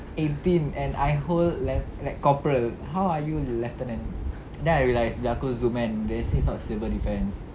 eighteen and I hold like like corporal how are you lieutenant then I realised aku zoom kan it's not civil defence